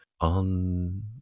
on